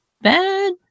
bad